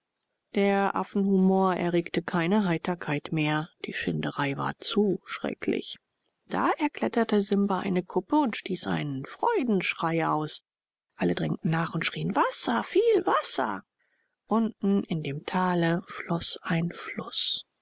der affenhumor erregte keine heiterkeit mehr die schinderei war zu schrecklich da erkletterte simba eine kuppe und stieß einen freudenruf aus alle drängten nach und schrien wasser viel wasser unten in dem tale floß ein fluß